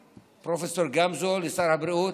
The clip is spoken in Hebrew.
לפרופ' גמזו, לשר הבריאות,